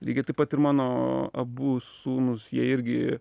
lygiai taip pat ir mano abu sūnūs jie irgi